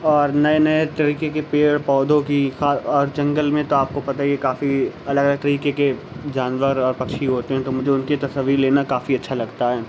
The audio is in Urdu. اور نئے نئے طریقے کے پیڑ پودوں کی اور جنگل میں تو آپ کو پتہ ہی ہے کافی الگ الگ طریقے کے جانور اور پکچھی ہوتے ہیں تو مجھے ان کی تصاویر لینا کافی اچھا لگتا ہے